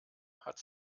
hat